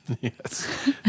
Yes